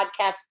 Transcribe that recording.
Podcast